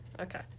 okay